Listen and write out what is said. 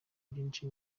byinshi